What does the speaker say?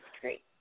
Great